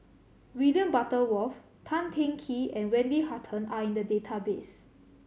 William Butterworth Tan Teng Kee and Wendy Hutton are in the database